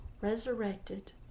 Resurrected